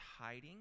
hiding